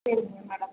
சரிங்க மேடம்